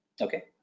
Okay